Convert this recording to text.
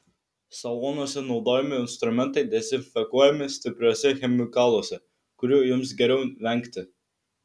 salonuose naudojami instrumentai dezinfekuojami stipriuose chemikaluose kurių jums geriau vengti